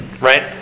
right